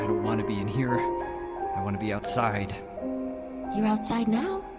want to be in here, i want to be outside you're outside now.